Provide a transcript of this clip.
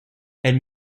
elle